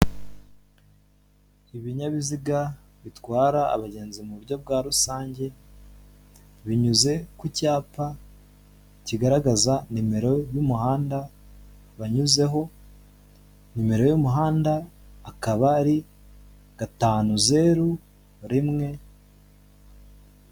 Ibinyabiziga bitwara abagenzi mu buryo bwa rusange binyuze ku cyapa kigaragaza nimero y'umuhanda banyuzeho. Nimero y'umuhanda akaba ari gatanu ,zeru, rimwe.